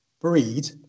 breed